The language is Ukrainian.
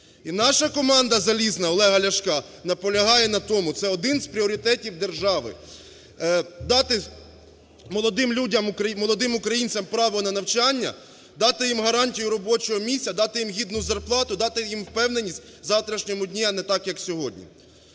наша команда, залізна, Олега Ляшка наполягає на тому – це один з пріоритетів держави - дати молодим українцям право на навчання, дати їм гарантію робочого місця, дати їм гідну зарплату, дати їм впевненість в завтрашньому дні, а не так, як сьогодні.